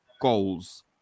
goals